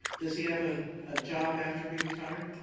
does he have a a job after he retired?